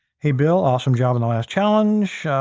hey, bill. awesome job in the last challenge.